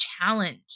challenge